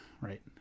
right